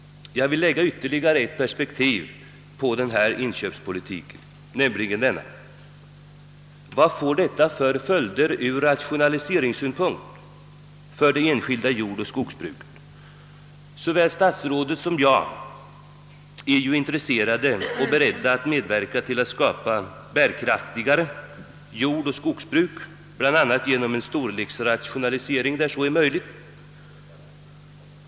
Jag vill anföra ytterligare ett perspektiv på denna inköpspolitik. Vad får den för följder ur rationaliseringssynpunkt för det enskilda jordoch skogsbruket? Både statsrådet och jag är beredda att medverka till att skapa bärkraftigare jordoch skogsbruk, bl.a. genom en storleksrationalisering där sådan är möjlig.